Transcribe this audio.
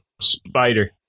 Spider